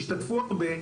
השתתפו הרבה,